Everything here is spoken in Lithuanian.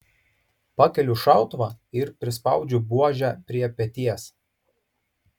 pakeliu šautuvą ir prispaudžiu buožę prie peties